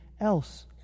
else